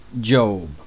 Job